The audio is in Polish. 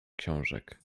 książek